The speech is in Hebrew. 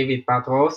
דייוויד פטראוס,